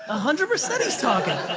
ah hundred percent he's talking.